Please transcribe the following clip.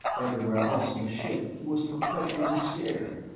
everywhere else in the ship he was perpetually scared,